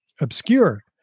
obscure